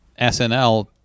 SNL